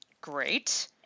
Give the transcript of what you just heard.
great